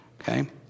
Okay